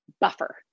buffer